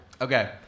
Okay